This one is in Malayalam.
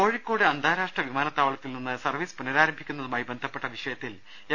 കോഴിക്കോട് അന്താരാഷ്ട്ര വിമാനതാവളത്തിൽ നിന്നും സർവ്വീസ് പുനരാരംഭിക്കുന്നതുമായ് ബന്ധപ്പെട്ട വിഷയത്തിൽ എം